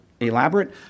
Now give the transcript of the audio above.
Elaborate